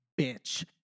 bitch